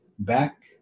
back